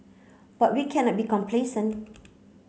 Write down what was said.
but we cannot be complacent